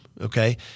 okay